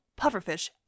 pufferfish